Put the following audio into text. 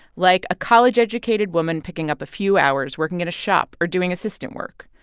like a college-educated woman picking up a few hours working at a shop or doing assistant work.